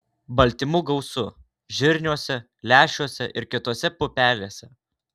baltymų gausu žirniuose lęšiuose ir kitose pupelėse